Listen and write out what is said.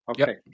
Okay